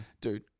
dude